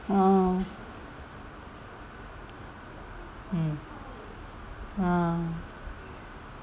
oh mm ah